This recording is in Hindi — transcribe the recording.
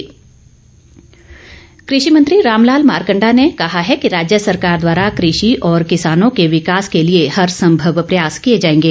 मारकंडा कृशि मंत्री रामलाल मारकंडा ने कहा है कि राज्य सरकार द्वारा कृशि और किसानों के विकास के लिए हरसंभव प्रयास किए जाएंगे